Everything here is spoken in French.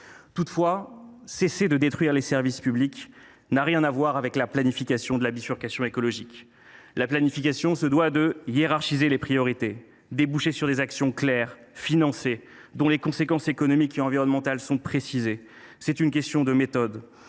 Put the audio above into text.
Réseau. Cesser de détruire les services publics n’a pourtant rien à voir avec la planification de la bifurcation écologique. La planification se doit de hiérarchiser les priorités et de déboucher sur des actions claires, financées, dont les conséquences économiques et environnementales sont précisées. Il y va d’une question de méthode.